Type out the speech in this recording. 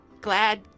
Glad